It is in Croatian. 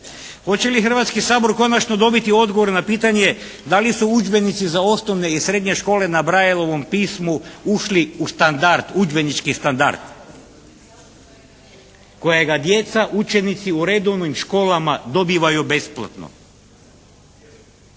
Hoće li Hrvatski sabor konačno dobiti odgovor na pitanje da li su udžbenici za osnovne i srednje škole na Braillovom pismu ušli u standard, udžbenički standard kojega djeca učenici u redovnim školama dobivaju besplatno?